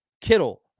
Kittle